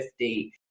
50